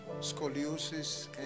scoliosis